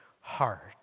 heart